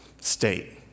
state